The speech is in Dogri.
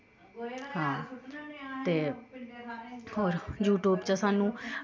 हां ते होर यूटयूब चा सानूं